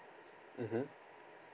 mmhmm